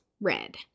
Red